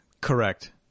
Correct